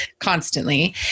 constantly